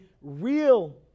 real